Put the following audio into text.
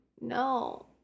No